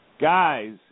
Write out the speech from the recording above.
guys